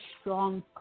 strong